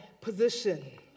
position